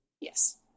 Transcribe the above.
Yes